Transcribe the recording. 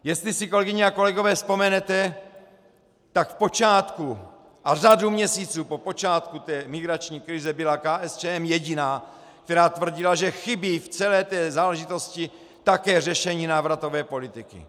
Jestli si, kolegyně a kolegové, vzpomenete, tak v počátku a řadu měsíců po počátku té migrační krize byla KSČM jediná, která tvrdila, že chybí v celé té záležitosti také řešení návratové politiky.